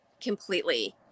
completely